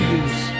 use